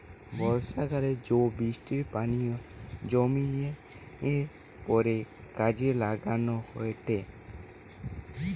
বর্ষাকালে জো বৃষ্টির পানি জমিয়ে পরে কাজে লাগানো হয়েটে